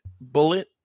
Bullet